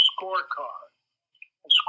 Scorecard